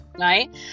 right